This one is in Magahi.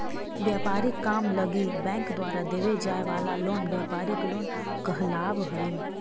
व्यापारिक काम लगी बैंक द्वारा देवे जाए वाला लोन व्यापारिक लोन कहलावऽ हइ